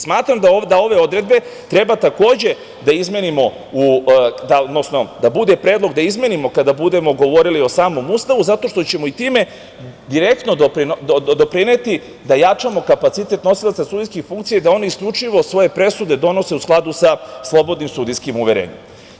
Smatram da ove odredbe treba takođe da izmenimo, odnosno da bude predlog da izmenimo kada budemo govorili o samom Ustavu zato što ćemo i time direktno doprineti da jačamo kapacitet nosilaca sudijskih funkcija i da oni isključivo svoje presude donose u skladu sa slobodnim sudijskim uverenjem.